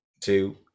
two